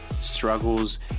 struggles